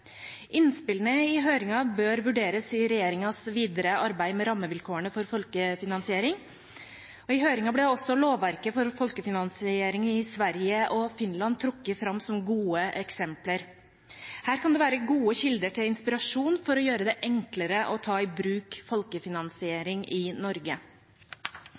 Innspillene i høringen bør vurderes i regjeringens videre arbeid med rammevilkårene for folkefinansiering. I høringen ble også lovverket for folkefinansiering i Sverige og Finland trukket fram som gode eksempler. Her kan det være gode kilder til inspirasjon for å gjøre det enklere å ta i bruk folkefinansiering i Norge.